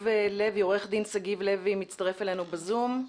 עורך דין שגיב לוי מצטרף אלינו ב-זום.